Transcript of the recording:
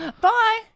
bye